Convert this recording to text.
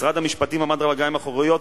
משרד המשפטים עמד על הרגליים האחוריות,